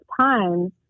times